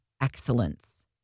excellence